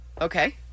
Okay